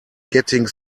getting